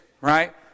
right